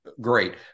great